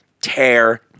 tear